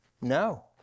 No